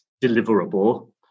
deliverable